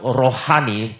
rohani